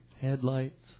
headlights